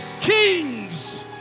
kings